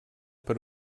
per